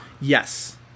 Yes